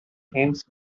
thames